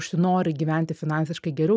užsinori gyventi finansiškai geriau